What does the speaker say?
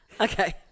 Okay